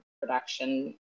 production